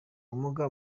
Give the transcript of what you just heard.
ubumuga